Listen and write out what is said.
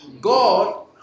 God